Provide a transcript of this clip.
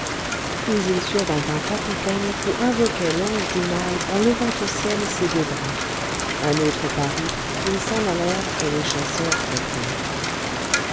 puis il survint un capitaine qui invoquait l'ange du mal en levant au ciel ses deux bras un autre parut ils s'en allèrent et les chasseurs